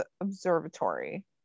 Observatory